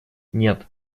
нет